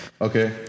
Okay